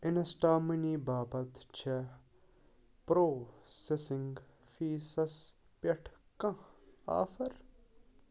insta money باپتھ چھےٚ processing fees پٮ۪ٹھ کانٛہہ آفر